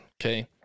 Okay